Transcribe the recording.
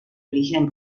origen